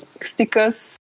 stickers